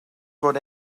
fod